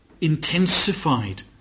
intensified